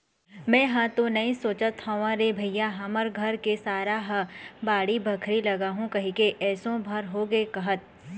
मेंहा तो नइ सोचत हव रे भइया हमर घर के सारा ह बाड़ी बखरी लगाहूँ कहिके एसो भर होगे कहत